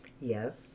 yes